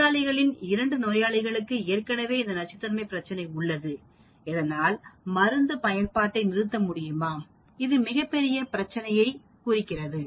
நோயாளிகளில் இரண்டு நோயாளிகளுக்கு ஏற்கனவே இந்த நச்சுத்தன்மை பிரச்சனை உள்ளது இதனால் மருந்து பயன்பாட்டை நிறுத்த முடியுமா இது மிகப்பெரிய பிரச்சினையை குறிக்கிறது